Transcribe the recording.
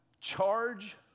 charge